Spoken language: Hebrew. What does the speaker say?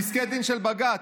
פסקי דין של בג"ץ,